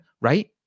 right